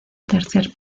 tercer